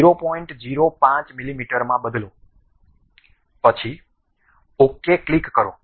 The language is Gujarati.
05 મીમી માં બદલો પછી ok ક્લિક કરો